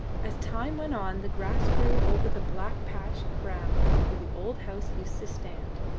as time went on the grass grew over the black patch of ground where the old house used to stand,